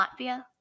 Latvia